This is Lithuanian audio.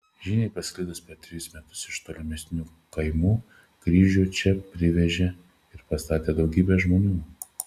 žiniai pasklidus per trejus metus iš tolimesnių kaimų kryžių čia privežė ir pastatė daugybė žmonių